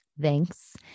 thanks